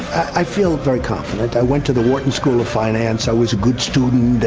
i feel very confident. i went to the wharton school of finance, i was a good student.